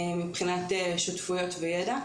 מבחינת שותפויות וידע.